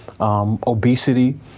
Obesity